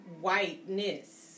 whiteness